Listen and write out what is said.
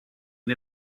and